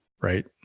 right